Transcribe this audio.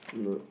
no